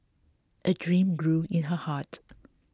a dream grew in her heart